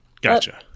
Gotcha